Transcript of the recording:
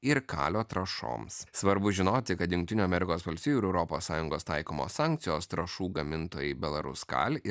ir kalio trąšoms svarbu žinoti kad jungtinių amerikos valstijų ir europos sąjungos taikomos sankcijos trąšų gamintojai belaruskalij